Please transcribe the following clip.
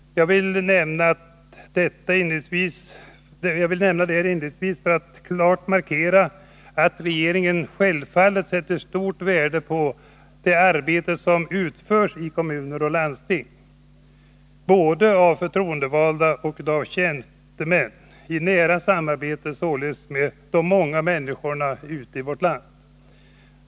Jag vill nämna detta inledningsvis för att klart markera att regeringen självfallet sätter stort värde på det arbete som utförs i kommuner och landsting av tjänstemän och förtroendevalda i nära samarbete med de många människorna ute i vårt land.